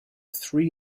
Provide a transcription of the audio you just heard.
three